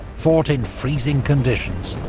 fought in freezing conditions,